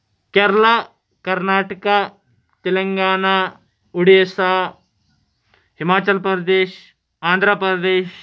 Kerala Karnataka Telangana Odisha Himachal Pradesh Andhra Pradesh